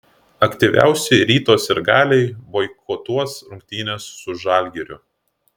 aktyviausi ryto sirgaliai boikotuos rungtynes su žalgiriu